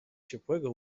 ciepłego